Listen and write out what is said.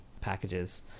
packages